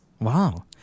Wow